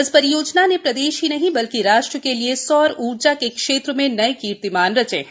इस परियोजना ने प्रदेश ही नहीं बल्कि राष्ट्र के लिए सौर ऊर्जा के क्षेत्र में नए कीर्तिमान रचे हैं